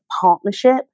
partnership